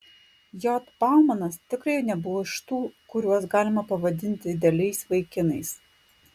j baumanas tikrai nebuvo iš tų kuriuos galima pavadinti idealiais vaikinais